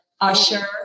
Usher